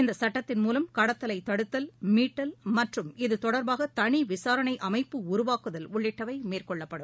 இந்த சட்டத்தின் மூலம் கடத்தலை தடுத்தல் மீட்டல் மற்றும் இது தொடர்பாக தனி விசாரணை அமைப்பு உருவாக்குதல் உள்ளிட்டவை மேற்கொள்ளப்படும்